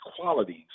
qualities